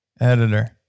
editor